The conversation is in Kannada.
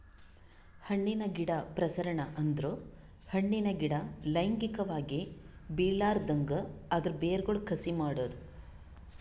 ಹಣ್ಣಿನ ಗಿಡ ಪ್ರಸರಣ ಅಂದುರ್ ಹಣ್ಣಿನ ಗಿಡ ಲೈಂಗಿಕವಾಗಿ ಬೆಳಿಲಾರ್ದಂಗ್ ಅದರ್ ಬೇರಗೊಳ್ ಕಸಿ ಮಾಡದ್